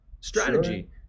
strategy